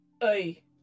Hey